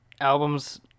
albums